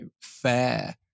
fair